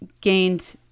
gained